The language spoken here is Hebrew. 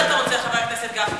גברתי השרה, בבקשה.